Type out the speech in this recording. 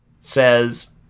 says